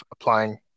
applying